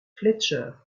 fletcher